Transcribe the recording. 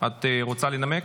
את רוצה לנמק?